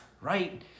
right